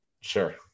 Sure